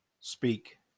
Speak